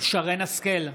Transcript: שרן מרים השכל,